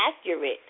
accurate